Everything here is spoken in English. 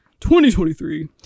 2023